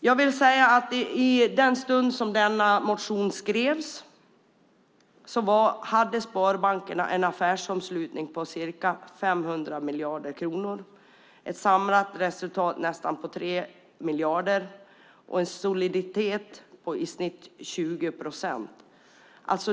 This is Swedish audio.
Jag vill säga att i den stund som denna motion skrevs hade sparbankerna en affärsomslutning på ca 500 miljarder kronor, ett samlat resultat på nästan 3 miljarder och en soliditet på i snitt 20 procent.